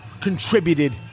contributed